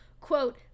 Quote